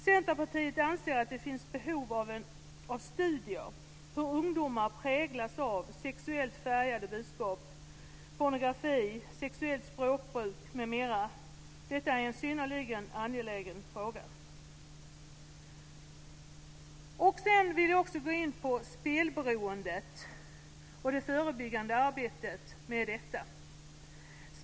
Centerpartiet anser att det finns behov av studier om hur ungdomar präglas av sexuellt färgade budskap, pornografi, sexuellt språkbruk m.m. Detta är en synnerligen angelägen fråga. Jag vill också gå in på spelberoendet och det förebyggande arbetet kring detta.